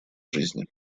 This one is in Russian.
жизни